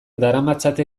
daramatzate